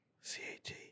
C-A-T